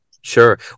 Sure